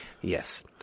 Yes